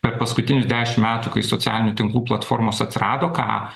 per paskutinius dešim metų kai socialinių tinklų platformos atsirado ką